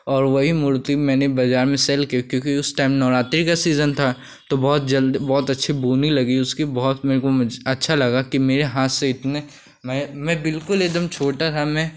और वही मूर्ति मैंने बाजार में सेल की क्योंकि उस टाइम नवरात्रि का सीज़न था तो बहुत जल्द बहुत अच्छी बोली लगी उसकी बहुत मेरे को अच्छा लगा कि मेरे हाथ से इतने मैं मैं बिल्कुल एकदम छोटा था मैं